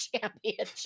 championship